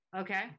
Okay